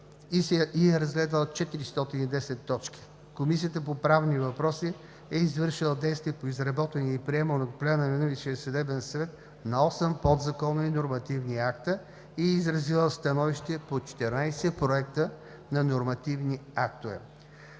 и е разгледала 410 точки. Комисията по правни въпроси е извършила действия по изработване и приемане от Пленума на Висшия съдебен съвет на осем подзаконови нормативни акта и е изразила становище по 14 проекта на нормативни актове.